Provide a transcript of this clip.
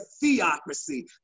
theocracy